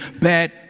bad